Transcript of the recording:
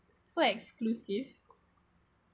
so exclusive